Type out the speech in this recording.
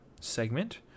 segment